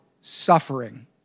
suffering